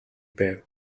байв